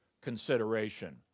consideration